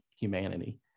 humanity